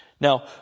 Now